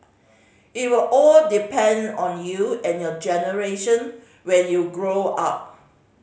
it will all depend on you and your generation when you grow up